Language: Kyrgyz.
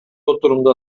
отурумда